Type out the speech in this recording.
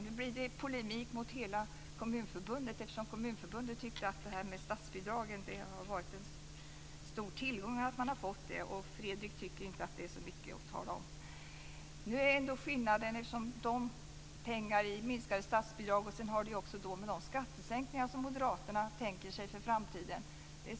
Nu blir det polemik mot hela Kommunförbundet, eftersom Kommunförbundet tycker att det har varit en stor tillgång att man har fått statsbidrag, medan Fredrik inte tycker att det är så mycket att tala om. Skillnaden har att göra med de minskade statsbidragen och med de skattesänkningar på ca 18 miljarder som moderaterna tänker sig inför framtiden.